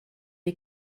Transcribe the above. you